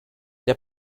der